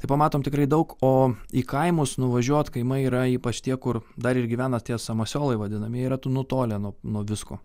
tai pamatom tikrai daug o į kaimus nuvažiuot kaimai yra ypač tie kur dar ir gyvena tie samasiolai vadinamieji yra nutolę nuo nuo visko